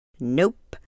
Nope